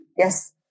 Yes